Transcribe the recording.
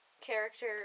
character